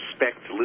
respect